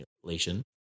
simulation